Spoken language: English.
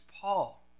Paul